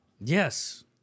Yes